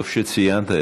טוב שציינת.